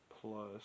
plus